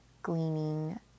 gleaning